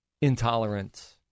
intolerant